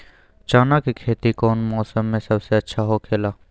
चाना के खेती कौन मौसम में सबसे अच्छा होखेला?